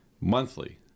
monthly